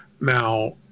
Now